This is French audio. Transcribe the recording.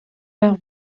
meurt